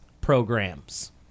programs